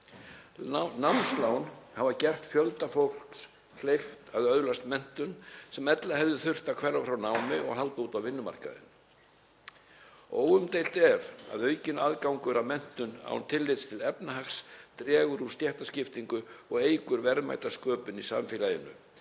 Námslán hafa gert fjölda fólks kleift að öðlast menntun sem ella hefði þurft að hverfa frá námi og halda út á vinnumarkaðinn. Óumdeilt er að aukinn aðgangur að menntun án tillits til efnahags dregur úr stéttskiptingu og eykur verðmætasköpun í samfélaginu